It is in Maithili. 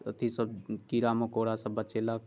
अथि सभ कीड़ा मकोड़ा से बचेलक